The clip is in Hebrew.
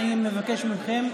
אני מבקש מכם שקט.